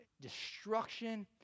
destruction